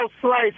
Slice